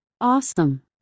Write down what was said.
Awesome